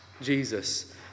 Jesus